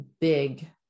big